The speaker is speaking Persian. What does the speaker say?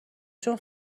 چون